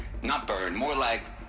not burn, more like.